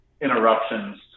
interruptions